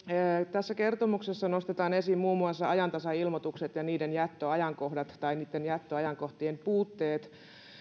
tässä kertomuksessa nostetaan esiin muun muassa ajantasailmoitukset ja niiden jättöajankohdat tai niitten jättöajankohtien puutteet